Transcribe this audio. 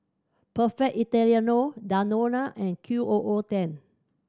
Perfect Italiano Danone and Q O O ten